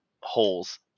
Holes